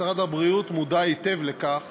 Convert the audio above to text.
משרד הבריאות מודע היטב לכך